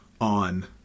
on